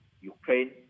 Ukraine